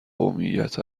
قومیت